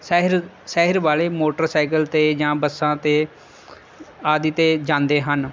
ਸ਼ਹਿਰ ਸ਼ਹਿਰ ਵਾਲੇ ਮੋਟਰਸਾਈਕਲ 'ਤੇ ਜਾਂ ਬੱਸਾਂ 'ਤੇ ਆਦਿ 'ਤੇ ਜਾਂਦੇ ਹਨ